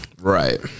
right